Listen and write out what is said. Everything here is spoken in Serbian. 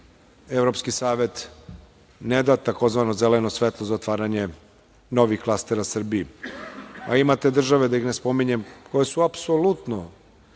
Evropski savet ne da tzv. "zeleno svetlo" za otvaranje novih klastera Srbiji. Imate države, da ih ne spominjem, koje su apsolutno,